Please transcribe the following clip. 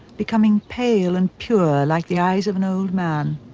becoming pale and pure like the eyes of an old man.